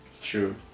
True